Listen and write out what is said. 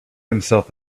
himself